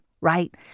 right